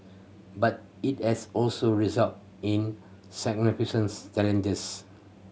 but it has also resulted in significance challenges